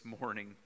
morning